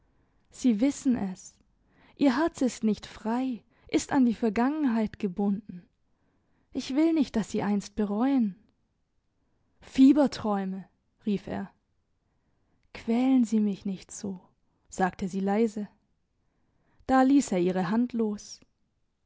sie wissen es ihr herz ist nicht frei ist an die vergangenheit gebunden ich will nicht dass sie einst bereuen fieberträume rief er quälen sie mich nicht so sagte sie leise da liess er ihre hand los